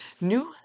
new